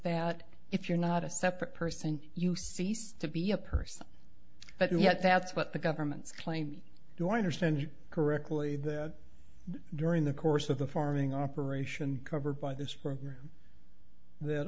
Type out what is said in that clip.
that if you're not a separate person you cease to be a person but yet that's what the government's claim to understand you correctly that during the course of the farming operation covered by this program that